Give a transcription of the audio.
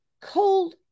cold